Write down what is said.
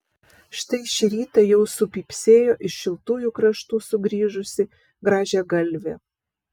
štai šį rytą jau supypsėjo iš šiltųjų kraštų sugrįžusi grąžiagalvė